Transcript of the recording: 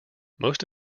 most